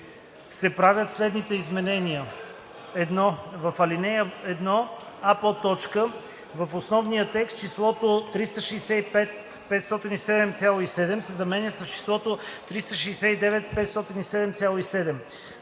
се правят следните изменения: 1. В алинея 1: а) В основния текст числото „365 507,7“ се заменя с числото „369 507,7“.